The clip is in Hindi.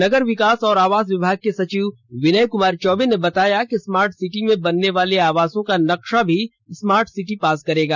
नगर विकास और आवास विमाग के सचिव विनय कुमार चौबे ने बताया कि स्मार्ट सिटी में बनने वाले आवासों का नक्शा भी स्मार्ट सिटी पास करेगा